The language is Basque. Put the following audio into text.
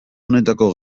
honetako